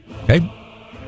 Okay